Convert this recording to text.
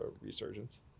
resurgence